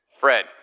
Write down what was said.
Fred